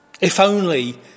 If-only